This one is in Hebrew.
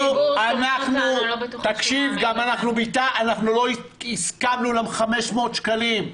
אנחנו גם לא הסכמנו ל-500 שקלים.